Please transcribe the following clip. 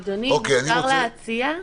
אדוני, אם אפשר להציע,